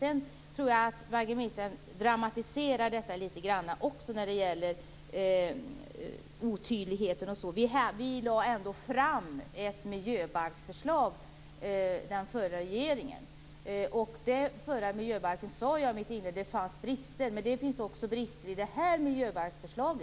Jag tror att Maggi Mikaelsson dramatiserar litet grand också när det gäller otydligheten, t.ex. Den förra regeringen lade ändå fram ett miljöbalksförslag. Jag sade i min inledning att det fanns brister i det förslaget, men det finns också brister i detta miljöbalksförslag.